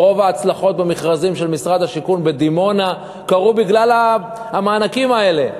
רוב ההצלחות במכרזים של משרד השיכון בדימונה קרו בגלל המענקים האלה.